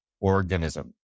organism